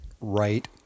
right